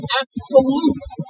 absolute